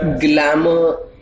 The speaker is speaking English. Glamour